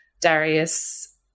Darius